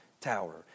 tower